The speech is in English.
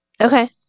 okay